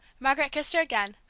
margaret kissed her again,